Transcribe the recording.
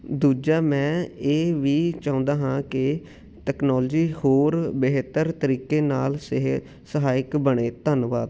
ਦੂਜਾ ਮੈਂ ਇਹ ਵੀ ਚਾਹੁੰਦਾ ਹਾਂ ਕਿ ਤਕਨੋਲਜੀ ਹੋਰ ਬਿਹਤਰ ਤਰੀਕੇ ਨਾਲ ਸਿਹ ਸਹਾਇਕ ਬਣੇ ਧੰਨਵਾਦ